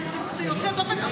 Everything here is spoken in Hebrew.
זה יוצא דופן,